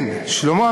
לפני חצי שעה.